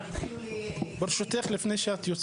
אם מקיימים דיון,